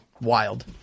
wild